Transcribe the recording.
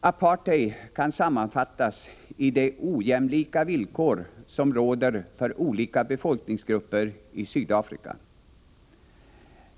Apartheid kan sammanfattas som de ojämlika villkor som råder för olika befolkningsgrupper i Sydafrika.